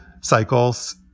cycles